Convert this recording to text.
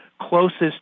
closest